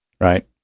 Right